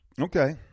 Okay